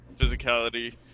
physicality